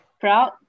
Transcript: Proud